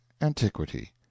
antiquity